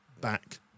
back